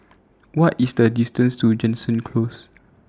What IS The distance to Jansen Close